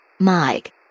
Mike